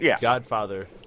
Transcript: godfather